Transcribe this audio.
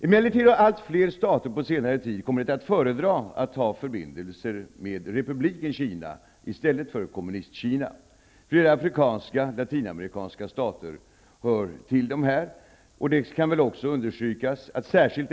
Emellertid har allt fler stater på senare tid kommit att föredra att ha förbindelser med Republiken Kina i stället för Kommunistkina. Flera afrikanska och latinamerikanska stater hör till dem.